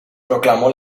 proclamó